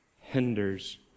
hinders